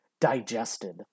digested